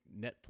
Netflix